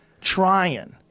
trying